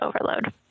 overload